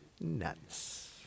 nuts